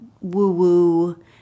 woo-woo